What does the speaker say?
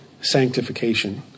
sanctification